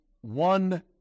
one